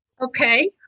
Okay